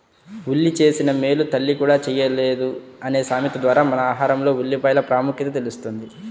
ఉల్లి చేసిన మేలు తల్లి కూడా చేయలేదు అనే సామెత ద్వారా మన ఆహారంలో ఉల్లిపాయల ప్రాముఖ్యత తెలుస్తుంది